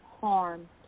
harm